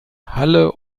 halle